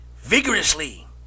vigorously